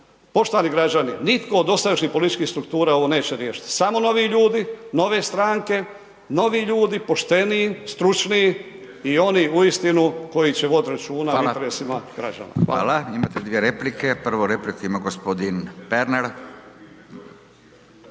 Poštovani građani, nitko od dosadašnjih političkih struktura neće riješiti, samo novi ljudi, nove stranke, novi ljudi, pošteniji, stručniji i oni uistinu koji će voditi računa o interesima građana. Hvala. **Radin, Furio (Nezavisni)** Hvala. Imate dvije replike. Prvu repliku ima gospodin Pernar.